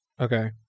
Okay